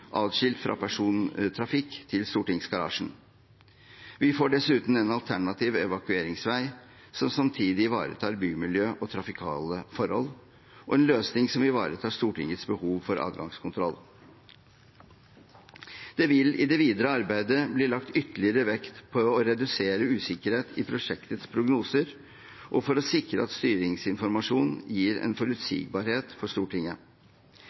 adskilt fra persontrafikk til stortingsgarasjen. Vi får dessuten en alternativ evakueringsvei som samtidig ivaretar bymiljø og trafikale forhold, og en løsning som ivaretar Stortingets behov for adgangskontroll. Det vil i det videre arbeidet bli lagt ytterligere vekt på å redusere usikkerhet i prosjektets prognoser og for å sikre at styringsinformasjon gir en forutsigbarhet for Stortinget.